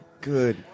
good